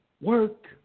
work